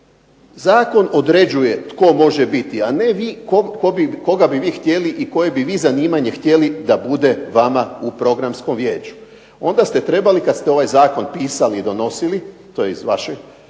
zakon određuje tko može biti, a ne vi koga bi vi htjeli i koje bi vi zanimanje htjeli da bude vama u Programskom vijeću. Onda ste trebali kad ste ovaj zakon pisali i donosili to je iz vašeg